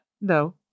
no